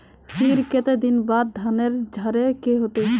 फिर केते दिन बाद धानेर झाड़े के होते?